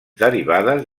derivades